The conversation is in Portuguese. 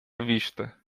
vista